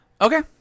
Okay